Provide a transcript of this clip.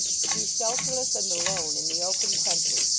to be shelterless and alone in the open country,